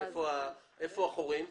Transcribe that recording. איפה החורים?